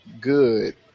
good